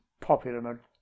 popular